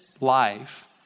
life